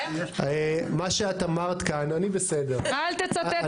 אל תצטט.